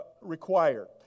Required